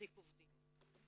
להעסיק עובדים.